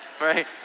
right